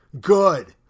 good